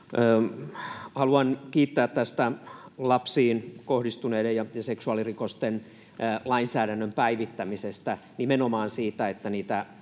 Haluan kiittää tästä lapsiin kohdistuneiden ja seksuaalirikosten lainsäädännön päivittämisestä, nimenomaan siitä, että niitä